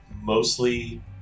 mostly